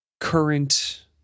Current